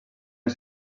una